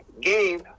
Gabe